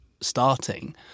starting